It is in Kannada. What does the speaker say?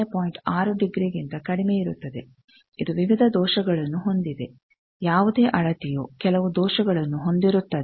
6 ಡಿಗ್ರಿಗಿಂತ ಕಡಿಮೆಯಿರುತ್ತದೆ ಇದು ವಿವಿಧ ದೋಷಗಳನ್ನು ಹೊಂದಿದೆ ಯಾವುದೇ ಅಳತೆಯು ಕೆಲವು ದೋಷಗಳನ್ನು ಹೊಂದಿರುತ್ತದೆ